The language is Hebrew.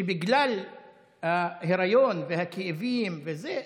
שבגלל ההיריון והכאבים וזה,